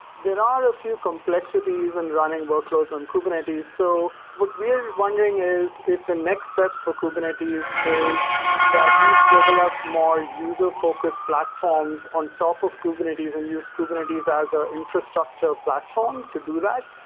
are a few complexities and running workloads on kubernetes. so what we're wondering is if the next step for kubernetes is that you develop more user-focused platforms on top of kubernetes and use kubernetes as a infrastructure platform to do that.